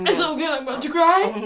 and so good i'm about to cry.